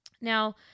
Now